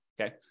okay